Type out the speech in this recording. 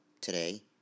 today